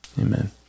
Amen